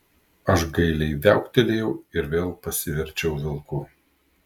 aš gailiai viauktelėjau ir vėl pasiverčiau vilku